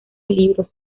libros